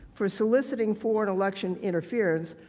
for soliciting foreign election interference,